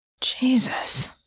Jesus